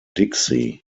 dixie